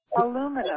aluminum